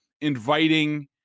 inviting